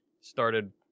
started